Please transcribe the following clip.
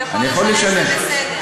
הוא יכול לשלם, זה בסדר.